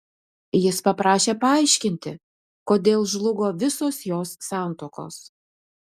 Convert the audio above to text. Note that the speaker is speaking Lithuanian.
jis paprašė paaiškinti kodėl žlugo visos jos santuokos